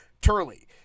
Turley